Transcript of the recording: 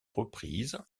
reprises